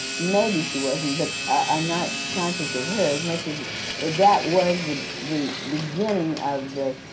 maybe she wasn't, but i'm not conscious of her as much as that was the beginning of the